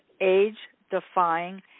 age-defying